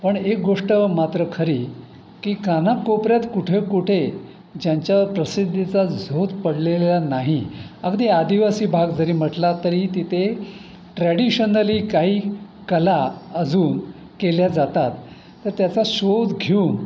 पण एक गोष्ट मात्र खरी की कानाकोपऱ्यात कुठे कुठे ज्यांच्या प्रसिद्धीचा झोत पडलेला नाही अगदी आदिवासी भाग जरी म्हटला तरी तिथे ट्रॅडिशनली काही कला अजून केल्या जातात तर त्याचा शोध घेऊन